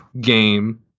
game